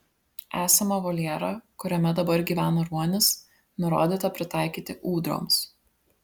esamą voljerą kuriame dabar gyvena ruonis nurodyta pritaikyti ūdroms